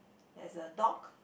there is a dog